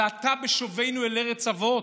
ועתה בשובנו לארץ אבות,